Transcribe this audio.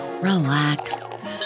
relax